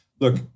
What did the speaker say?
Look